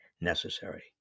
necessary